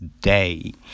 day